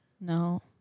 No